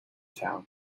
town